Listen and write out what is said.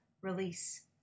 Release